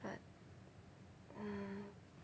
but um